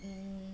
mm